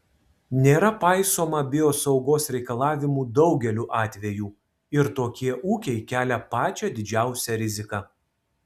nėra paisoma biosaugos reikalavimų daugeliu atvejų ir tokie ūkiai kelia pačią didžiausią riziką